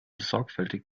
sorgfältig